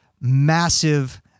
massive